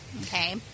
Okay